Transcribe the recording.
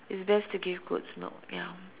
it's best to give goat's milk ya